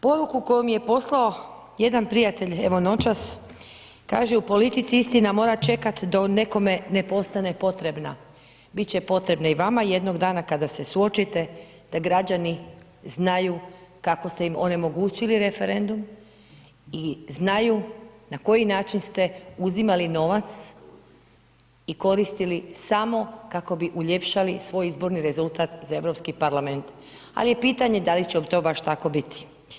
Poruku koju mi je poslao jedan prijatelj, evo noćas, kaže u politici istina mora čekat dok nekome ne postane potrebna, bit će potrebna i vama jednog dana kada se suočite da građani znaju kako ste im onemogućili referendum i znaju na koji način ste uzimali novac i koristili samo kako bi uljepšali svoj izborni rezultat za Europski parlament, ali je pitanje da li će vam to baš tako biti.